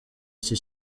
iki